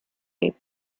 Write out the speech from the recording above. ich